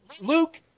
Luke